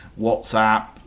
WhatsApp